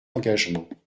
engagements